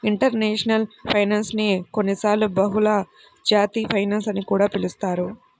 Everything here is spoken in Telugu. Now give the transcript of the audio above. ఇంటర్నేషనల్ ఫైనాన్స్ నే కొన్నిసార్లు బహుళజాతి ఫైనాన్స్ అని కూడా పిలుస్తారు